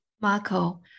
Marco